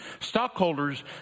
stockholders